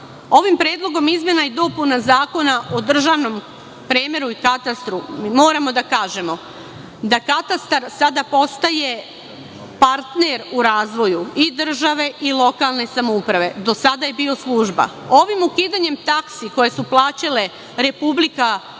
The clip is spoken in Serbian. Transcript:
Ovim predlogom izmena i dopuna Zakona o državnom premeru i katastru moramo da kažemo da katastar sada postaje partner u razvoju i države i lokalne samouprave, a do sada je bio služba. Ovim ukidanjem taksi, koje su plaćale Republika,